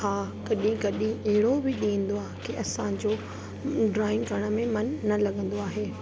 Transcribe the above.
हा कॾहिं कॾहिं अहिड़ो बि ॾींहुं ईंदो आहे कि असांजो ड्रॉइंग करण में मनु न लॻंदो आहे